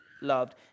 loved